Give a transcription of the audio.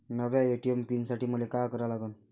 नव्या ATM pin साठी मले का करा लागन?